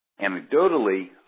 Anecdotally